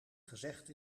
gezegd